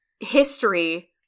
history